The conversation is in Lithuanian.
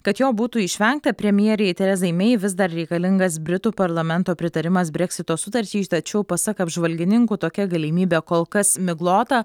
kad jo būtų išvengta premjerei terezai mei vis dar reikalingas britų parlamento pritarimas breksito sutarčiai tačiau pasak apžvalgininkų tokia galimybė kol kas miglota